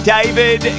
David